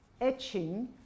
etching